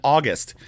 August